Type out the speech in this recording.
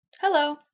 Hello